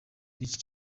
bwinshi